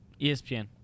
ESPN